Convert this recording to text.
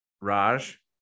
Raj